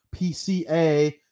PCA